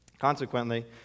Consequently